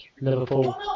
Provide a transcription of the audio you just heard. Liverpool